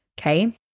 okay